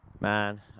Man